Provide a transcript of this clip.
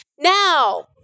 now